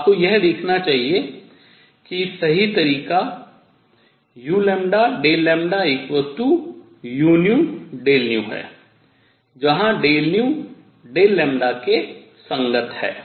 आपको यह देखना चाहिए कि सही तरीका uλu है जहां के संगत है